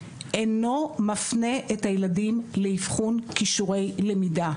אינו מפנה את הילדים לאבחון כישורי למידה,